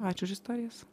ačiū už istorijas